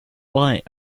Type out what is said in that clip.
light